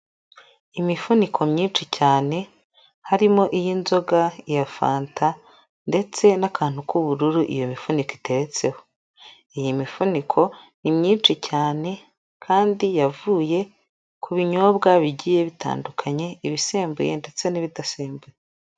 Imifuniko myinshi cyane harimo iy'inzoga, iya fanta ndetse n'akantu k'ubururu iyo mifuniko iteretseho, iyi mifuniko ni myinshi cyane kandi yavuye ku binyobwa bigiye bitandukanye: ibisembuye ndetse n'ibidasembuye.